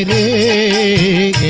a